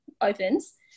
opens